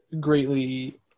greatly